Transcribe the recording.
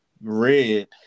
red